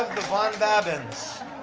the vonbabbins.